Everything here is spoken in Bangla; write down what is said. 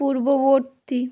পূর্ববর্তী